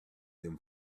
them